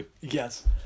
yes